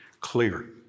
clear